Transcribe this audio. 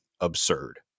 absurd